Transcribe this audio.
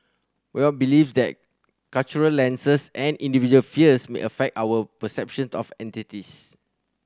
Boyd believes that cultural lenses and individual fears may affect our perception of entities